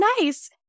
nice